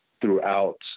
throughout